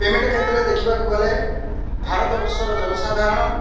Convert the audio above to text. payment କ୍ଷେତ୍ରରେ ଦେଖିବାକୁ ଗଲେ ଭାରତ ବର୍ଷର ଜନସାଧାରଣ